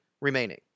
remaining